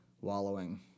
wallowing